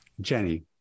Jenny